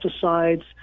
pesticides